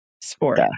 sport